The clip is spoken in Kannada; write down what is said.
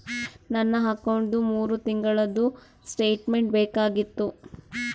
ನನ್ನ ಅಕೌಂಟ್ದು ಮೂರು ತಿಂಗಳದು ಸ್ಟೇಟ್ಮೆಂಟ್ ಬೇಕಾಗಿತ್ತು?